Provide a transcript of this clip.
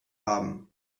haben